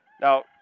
Now